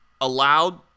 allowed